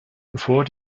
bevor